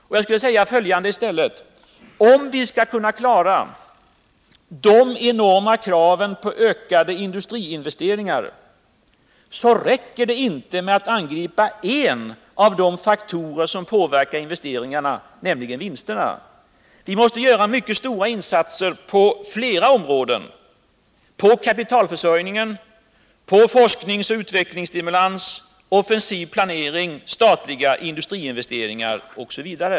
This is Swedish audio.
Om vi skall klara de enorma kraven på ökade industriinvesteringar räcker det inte med att angripa en av de faktorer som påverkar investeringarna — vinsterna. Vi måste göra mycket stora insatser på flera områden — vi måste förbättra kapitalförsörjningen, stimulera forskningsoch utvecklingsarbetet, ha en offensiv planering, göra statliga industriinvesteringar osv.